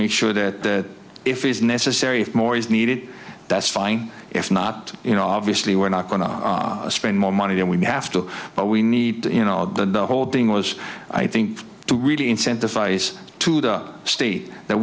make sure that if it is necessary if more is needed that's fine if not you know obviously we're not going to spend more money than we have to but we need to you know the whole thing was i think to really incentivize to the state that